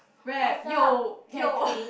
rap yo yo